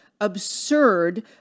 absurd